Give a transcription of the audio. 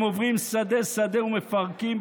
הם עוברים שדה-שדה ומפרקים,